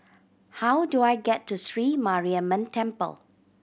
how do I get to Sri Mariamman Temple